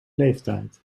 leeftijd